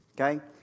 Okay